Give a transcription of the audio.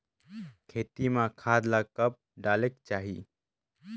खेती म खाद ला कब डालेक चाही?